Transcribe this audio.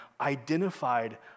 identified